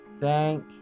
thank